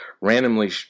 randomly